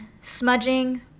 smudging